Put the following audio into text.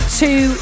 two